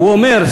הוא אומר,